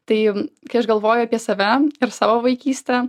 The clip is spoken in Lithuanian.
tai kai aš galvoju apie save ir savo vaikystę